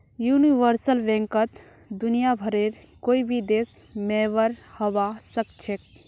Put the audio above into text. universal बैंकत दुनियाभरेर कोई भी देश मेंबर हबा सखछेख